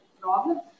problem